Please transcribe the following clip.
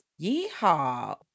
yeehaw